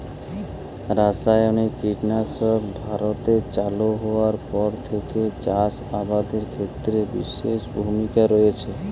রাসায়নিক কীটনাশক ভারতে চালু হওয়ার পর থেকেই চাষ আবাদের ক্ষেত্রে বিশেষ ভূমিকা রেখেছে